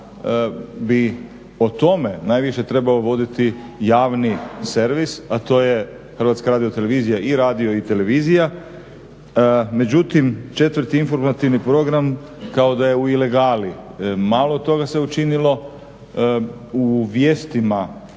bi o tome najviše trebao voditi javni servis, a to je HRT i radio i televizija, međutim 4. informativni program kao da je u ilegali. Malo toga se učinilo. U vijestima,